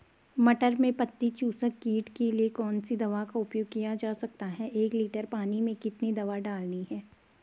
मटर में पत्ती चूसक कीट के लिए कौन सी दवा का उपयोग किया जा सकता है एक लीटर पानी में कितनी दवा डालनी है?